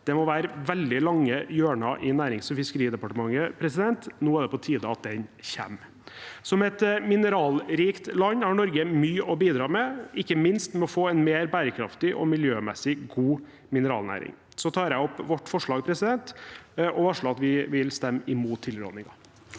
det må være veldig lange hjørner i Nærings- og fiskeridepartementet. Nå er på tide at den kommer. Som et mineralrikt land har Norge mye å bidra med, ikke minst til å få en mer bærekraftig og miljømessig god mineralnæring. Så tar jeg opp vårt forslag og varsler at vi vil stemme imot tilrådingen.